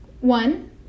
One